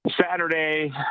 Saturday